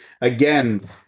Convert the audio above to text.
again